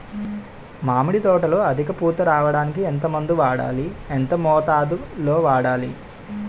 మామిడి తోటలో అధిక పూత రావడానికి ఎంత మందు వాడాలి? ఎంత మోతాదు లో వాడాలి?